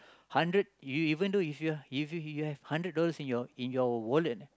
hundred you you even though if you're if you you have hundred dollars in your in your wallet